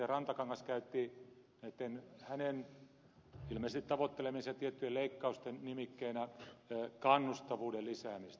rantakangas käytti näitten hänen ilmeisesti tavoittelemiensa tiettyjen leikkausten nimikkeenä kannustavuuden lisäämistä